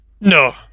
No